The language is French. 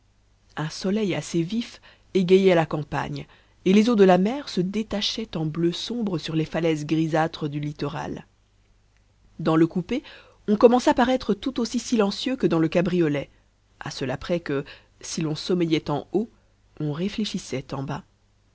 un soleil assez vif égayait la campagne et les eaux de la mer se détachaient en bleu sombre sur les falaises grisâtres du littoral dans le coupé on commença par être tout aussi silencieux que dans le cabriolet à cela près que si l'on sommeillait en haut on réfléchissait en bas